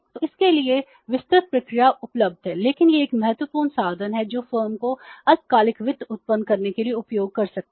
तो इसके लिए विस्तृत प्रक्रिया उपलब्ध है लेकिन यह एक महत्वपूर्ण साधन है जो फर्म को अल्पकालिक वित्त उत्पन्न करने के लिए उपयोग कर सकता है